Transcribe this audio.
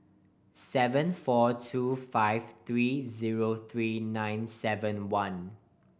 seven four two five three zero three nine seven one